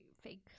fake